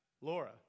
Laura